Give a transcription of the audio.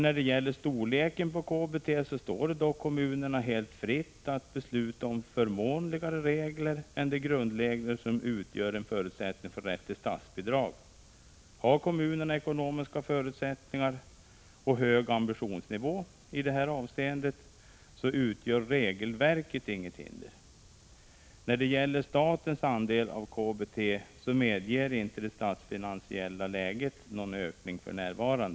När det gäller storleken på KBT står det dock kommunerna helt fritt att besluta om förmånligare regler än de grundregler som utgör en förutsättning för rätt till statsbidrag. Har kommunerna ekonomiska förutsättningar och hög ambitionsnivå utgör regelverket inget hinder i detta fall. När det gäller statens andel av KBT medger inte det statsfinansiella läget för närvarande någon ökning.